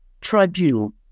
tribunal